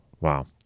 Wow